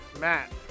Matt